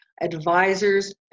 advisors